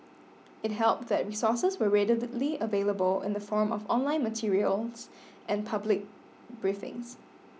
it helped that resources were readily available in the form of online materials and public briefings